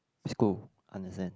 school understand